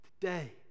today